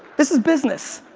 this is business.